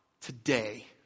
today